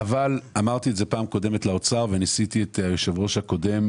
בדיון הקודם וניסיתי לשכנע את היושב ראש הקודם.